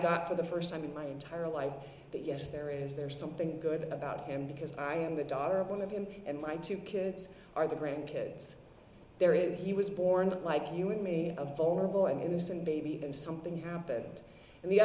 got for the first time in my entire life that yes there is there something good about him because i am the daughter of one of him and my two kids are the grand kids there is that he was born like you and me a vulnerable and innocent baby and something happened and the